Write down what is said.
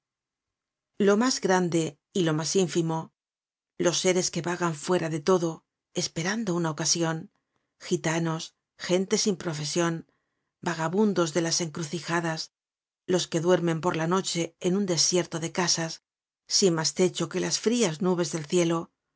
lo mas grande y lo mas ínlimo los seres que vagan fuera de todo esperando una ocasion gitanos gente sin profesion vagabundos de las encrucijadas los que duermen por la noche en un desierto de casas sin mas techo que las frias nubes del cielo